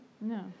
No